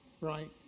right